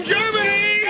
Germany